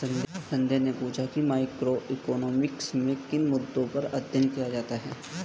संध्या ने पूछा कि मैक्रोइकॉनॉमिक्स में किन मुद्दों पर अध्ययन किया जाता है